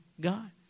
God